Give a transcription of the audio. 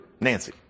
Nancy